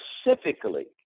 specifically